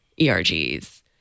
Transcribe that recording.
ERGs